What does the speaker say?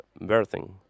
birthing